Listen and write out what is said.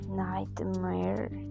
nightmare